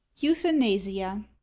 euthanasia